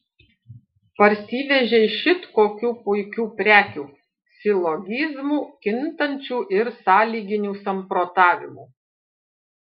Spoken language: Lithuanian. parsivežei šit kokių puikių prekių silogizmų kintančių ir sąlyginių samprotavimų